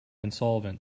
insolvent